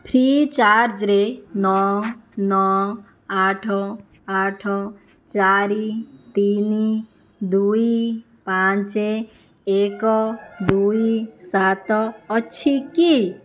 free ଚାର୍ଜ୍ରେ ନଅ ନଅ ଆଠ ଆଠ ଚାରି ତିନି ଦୁଇ ପାଞ୍ଚ ଏକ ଦୁଇ ସାତ ଅଛି କି